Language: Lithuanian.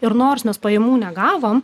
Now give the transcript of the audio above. ir nors mes pajamų negavom